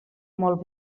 molt